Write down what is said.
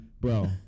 bro